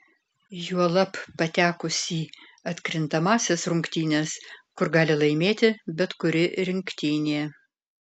juolab patekus į atkrintamąsias rungtynes kur gali laimėti bet kuri rinktinė